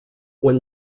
when